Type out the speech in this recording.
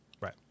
right